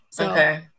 okay